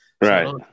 Right